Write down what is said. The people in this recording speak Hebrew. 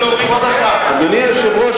אדוני היושב-ראש,